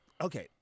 okay